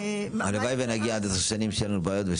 הלוואי ונגיע עוד 10 שנים שאין לנו בעיות.